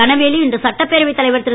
தனவேலு இன்று சட்டப்பேரவைத் தலைவர் திரு